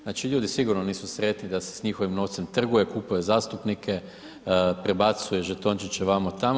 Znači, ljudi sigurno nisu sretni da se s njihovim novcem trguje, kupuje zastupnike, prebacuje žetončiće vamo-tamo.